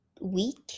week